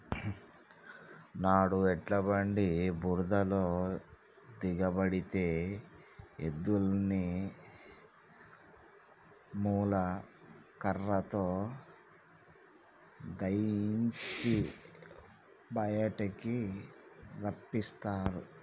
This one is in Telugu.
నాడు ఎడ్ల బండి బురదలో దిగబడితే ఎద్దులని ముళ్ళ కర్రతో దయియించి బయటికి రప్పిస్తారు